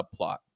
subplot